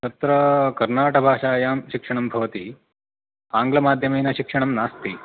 अत्र कण्णडा भाषायां शिक्षणं भवति आङ्ग्लमाध्यमेन शिक्षणं नास्ति